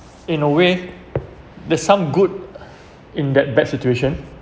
in a way there's some good in that bad situation